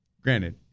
Granted